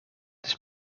dus